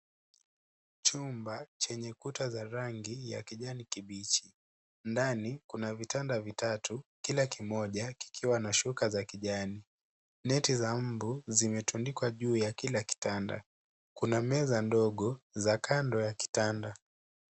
Chumba chenye kuta za rangi ya kijani kibichi. Ndani kuna vitanda vitatu, kila kimoja kikiwa na shuka za kijani. Neti za mbu zimetundikwa juu ya kila kitanda. Kuna meza ndogo, za kando ya kitanda.